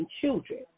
children